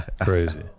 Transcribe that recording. Crazy